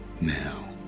now